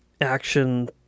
action